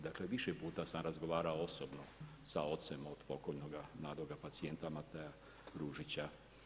Dakle, više puta sam razgovarao osobno sa ocem od pokojnog mladog pacijenta Matea Ružića.